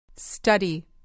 Study